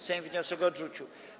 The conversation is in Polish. Sejm wniosek odrzucił.